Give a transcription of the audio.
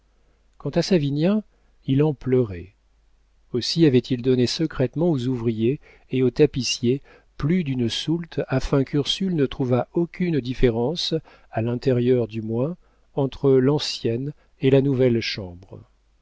quant à savinien il en pleurait aussi avait-il donné secrètement aux ouvriers et au tapissier plus d'une soulte afin qu'ursule ne trouvât aucune différence à l'intérieur du moins entre l'ancienne et la nouvelle chambre